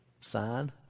sign